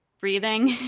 Breathing